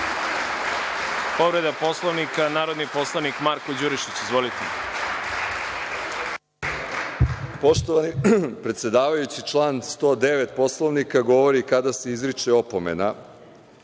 Povreda Poslovnika, narodni poslanik Marko Đurišić. Izvolite. **Marko Đurišić** Poštovani predsedavajući, član 109. Poslovnika govori kada se izriče opomena